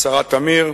השרה תמיר,